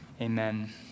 Amen